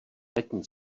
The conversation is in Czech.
letní